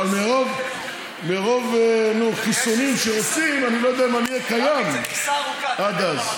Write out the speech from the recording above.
אבל מרוב חיסונים שעושים אני לא יודע אם אהיה קיים עד אז.